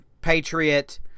Patriot